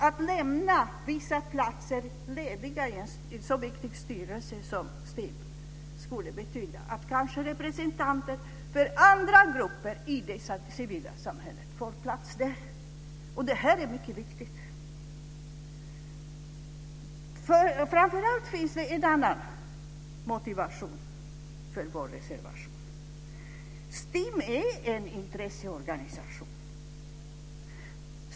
Att lämna vissa platser lediga i en så viktig styrelse som STIM skulle kanske betyda att representanter för andra grupper i det civila samhället får plats där. Det är mycket viktigt. Framför allt finns det en annan motivation för vår reservation. STIM är en intresseorganisation.